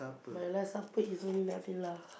my last supper is only Nutella